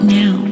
now